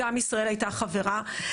גם ישראל הייתה חברה,